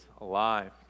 alive